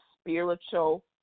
spiritual